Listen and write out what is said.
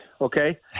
Okay